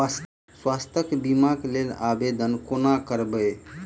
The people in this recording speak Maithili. स्वास्थ्य बीमा कऽ लेल आवेदन कोना करबै?